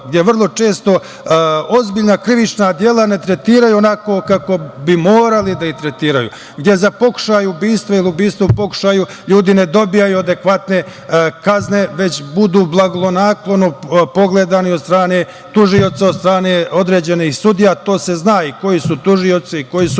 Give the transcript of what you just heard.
gde vrlo često ozbiljna krivična dela ne tretiraju onako kako bi morali da ih tretiraju, gde za pokušaj ubistva ili ubistava u pokušaju ljudi ne dobijaju adekvatne kazne, već budu blagonaklono pogledani od strane tužioca, od strane određenih sudija, a to se zna i koji su tužioci, sudije.